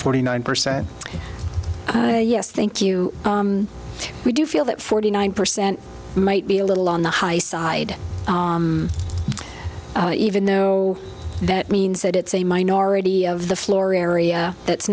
forty nine percent yes thank you we do feel that forty nine percent might be a little on the high side even though that means that it's a minority of the floor area that's